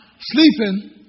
sleeping